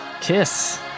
KISS